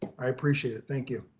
i appreciate it. thank you.